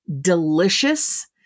delicious